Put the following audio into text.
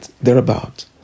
thereabout